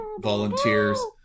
volunteers